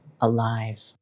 alive